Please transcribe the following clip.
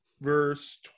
verse